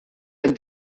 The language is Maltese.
hemm